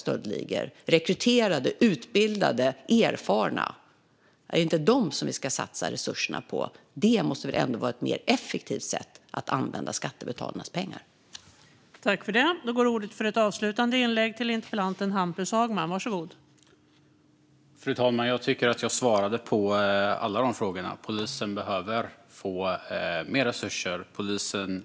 Det handlar ju om rekryterade, utbildade och erfarna personer. Är det inte dem vi ska satsa resurserna på? Det måste väl ändå vara ett mer effektivt sätt att använda skattebetalarnas pengar på.